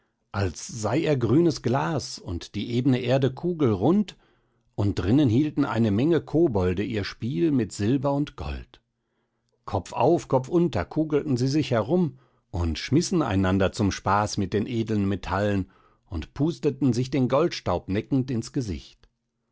als sei er grünes glas und die ebne erde kugelrund und drinnen hielten eine menge kobolde ihr spiel mit silber und gold kopfauf kopfunter kugelten sie sich herum und schmissen einander zum spaß mit den edlen metallen und pusteten sich den goldstaub neckend ins gesicht